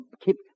keep